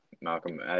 Malcolm